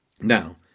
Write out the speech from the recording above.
Now